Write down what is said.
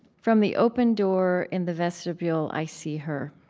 from the open door in the vestibule, i see her.